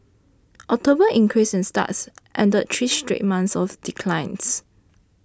October's increase in starts ended three straight months of declines